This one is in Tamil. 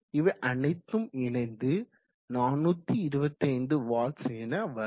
இவை அனைத்தும் இணைந்து 425 W என வரும்